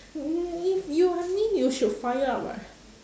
you are mean you should fire up [what]